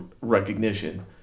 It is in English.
recognition